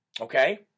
Okay